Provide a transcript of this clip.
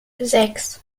sechs